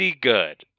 good